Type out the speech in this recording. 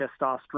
testosterone